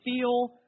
feel